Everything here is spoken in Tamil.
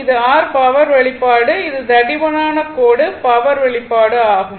இது r பவர் வெளிப்பாடு இது தடிமனான கோடு பவர் வெளிப்பாடு ஆகும்